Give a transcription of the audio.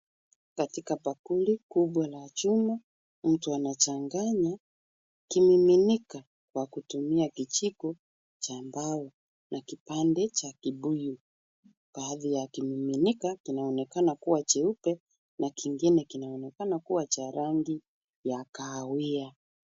Katika bakuli kubwa la chuma, mtu anachanganya kimiminika kwa kutumia kijiko cha mbao na kipande cha kibuyu. Baadhi ya kiminika kinaonekana kuwa cheupe na kingine kinaonekana kuwa cha rangi ya kahawia.